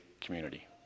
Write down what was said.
community